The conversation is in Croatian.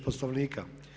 Poslovnika.